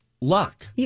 luck